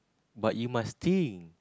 but you must think